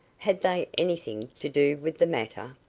had they anything to do with the matter?